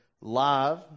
live